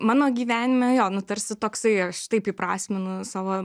mano gyvenime jo nu tarsi toksai aš taip įprasminu savo